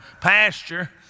pasture